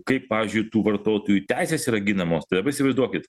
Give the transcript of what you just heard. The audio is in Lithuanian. kaip pavyzdžiui tų vartotojų teisės yra ginamos tai dabar įsivaizduokit